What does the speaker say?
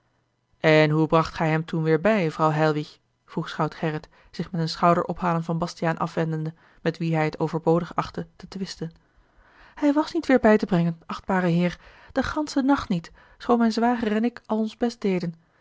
en hoe bracht gij hem toen weêr bij vrouw heilwich vroeg schout gerrit zich met een schouderophalen van bastiaan afwendende met wien hij het overbodig achtte te twisten hij was niet weêr bij te brengen achtbare heer den ganschen nacht niet schoon mijn zwager en ik al ons best deden